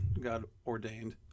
god-ordained